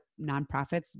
nonprofits